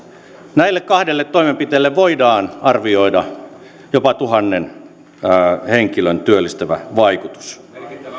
näille kahdelle toimenpiteelle voidaan arvioida jopa tuhannen henkilön työllistävä vaikutus